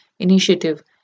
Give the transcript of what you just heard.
initiative